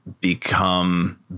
become